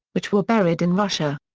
which were buried in russia.